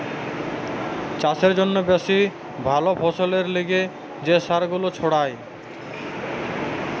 চাষের জন্যে বেশি ভালো ফসলের লিগে যে সার গুলা ছড়ায়